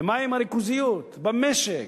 ומה עם הריכוזיות במשק?